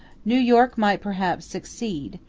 new york might perhaps succeed,